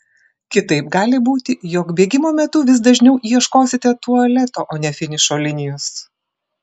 kitaip gali būti jog bėgimo metu vis dažniau ieškosite tualeto o ne finišo linijos